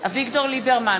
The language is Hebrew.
אביגדור ליברמן,